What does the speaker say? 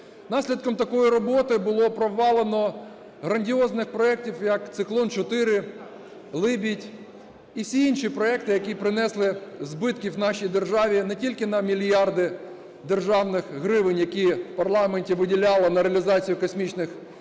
Наслідком такої роботи було провалено грандіозних проектів, як: "Циклон-4", "Либідь" і всі інші проекти, які принесли збитки в нашій державі не тільки на мільярди державних гривень, які в парламенті виділяли на реалізацію космічних проектів,